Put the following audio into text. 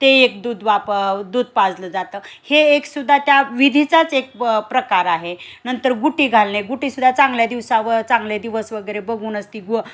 ते एक दूध वाप दूध पाजलं जातं हे एकसुद्दा त्या विधीचाच एक प्रकार आहे नंतर गुट्टी घालणे गुट्टीसुद्धा चांगल्या दिवसावर चांगले दिवस वगैरे बघून असती गु